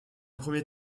premier